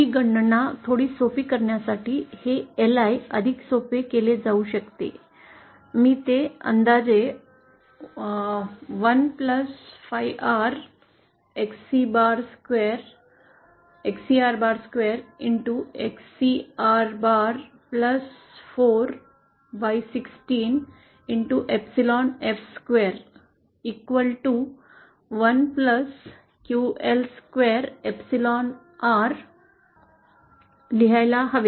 ही गणना थोडी सोपे करण्यासाठी हे LI अधिक सोपे केले जाऊ शकते मी ते अंदाजे 1 2 Xcr2 bar 4 16 एपीसिलॉन f2 लिहायला हवे